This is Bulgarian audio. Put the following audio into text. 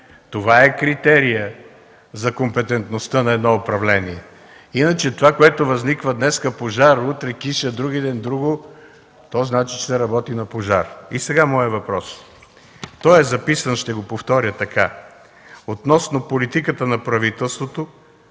Това е критерият за компетентността на едно управление. Иначе това, което възниква – днес пожар, утре киша, вдругиден друго – то значи, че се работи на пожар. И сега моят въпрос. Той е записан, ще го повторя така: относно политиката на правителството